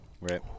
Right